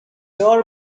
دار